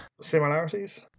similarities